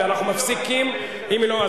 לא בבית-ספרנו.